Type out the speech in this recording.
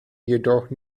jedoch